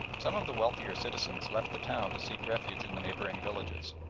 some of the wealthier citizens left the town to seek refuge in the neighbouring villages,